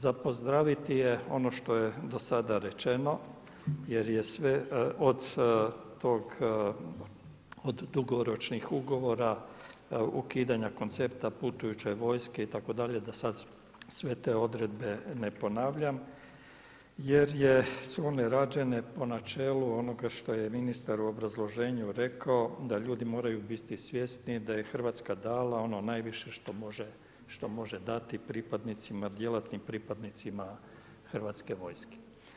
Za pozdraviti je ono što je do sada rečeno, jer je sve od tog, od dugoročnih ugovora, ukidanja koncepta putujuće vojske itd. da sada sve te odredbe ne ponavljam, jer su one rađene po načelu onoga što je ministar u obrazloženju rekao da ljudi moraju biti svjesni da je Hrvatska dala ono najviše što može dati pripadnicima djelatnim pripadnicima Hrvatske vojske.